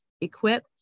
equip